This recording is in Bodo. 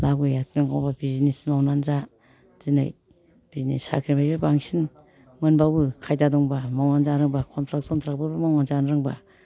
लाब गैया नांगौबा बिजिनिस मावनानै जा दिनै साख्रिनिफ्राय बांसिन मोनबावो खायदा दंबा मावनानै जारोंबा खन्थ्राग थन्थ्रागफोर मावनानै जानो रोंबा